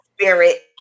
spirit